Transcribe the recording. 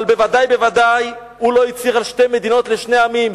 אבל בוודאי ובוודאי הוא לא הצהיר על שתי מדינות לשני עמים.